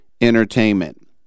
Entertainment